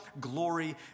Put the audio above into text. glory